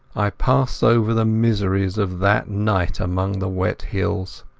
i pass over the miseries of that night among the wet hills.